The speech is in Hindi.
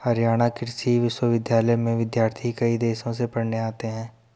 हरियाणा कृषि विश्वविद्यालय में विद्यार्थी कई देशों से पढ़ने आते हैं